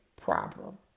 problem